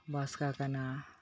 ᱵᱟᱥᱠᱟ ᱠᱟᱱᱟ